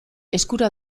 eskura